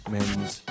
Men's